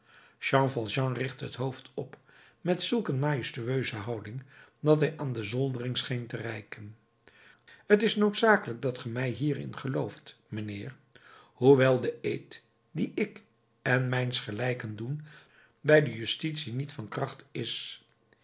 jean valjean richtte het hoofd op met zulk een majestueuse houding dat hij aan de zoldering scheen te reiken t is noodzakelijk dat ge mij hierin gelooft mijnheer hoewel de eed dien ik en mijnsgelijken doen bij de justitie niet van kracht is